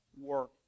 work